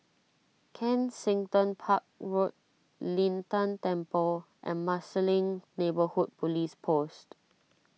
Kensington Park Road Lin Tan Temple and Marsiling Neighbourhood Police Post